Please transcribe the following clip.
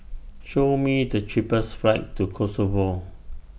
Show Me The cheapest flights to Kosovo